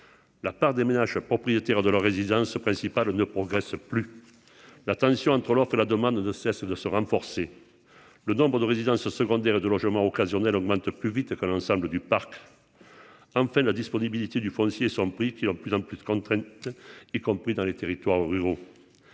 la part des ménages propriétaires de leur résidence principale ne progresse plus, la tension entre l'offre et la demande ne cesse de se renforcer le nombre de résidences secondaires et de logements occasionnels augmente plus vite que l'ensemble du parc, en fait la disponibilité du foncier, son prix, qui ont de plus en plus qu'entraîne, y compris dans les territoires ruraux,